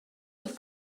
with